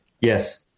Yes